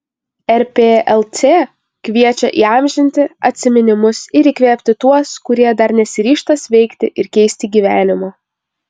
rplc kviečia įamžinti atsiminimus ir įkvėpti tuos kurie dar nesiryžta sveikti ir keisti gyvenimo